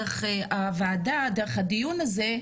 דרך הוועדה ודרך הדיון הזה,